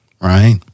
right